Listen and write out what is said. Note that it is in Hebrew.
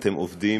אתם עובדים,